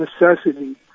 necessity